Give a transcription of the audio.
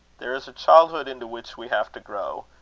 there is a childhood into which we have to grow,